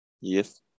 Yes